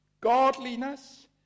godliness